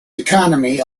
economy